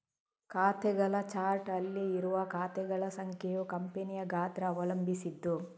ಖಾತೆಗಳ ಚಾರ್ಟ್ ಅಲ್ಲಿ ಇರುವ ಖಾತೆಗಳ ಸಂಖ್ಯೆಯು ಕಂಪನಿಯ ಗಾತ್ರ ಅವಲಂಬಿಸಿದ್ದು